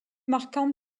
marquant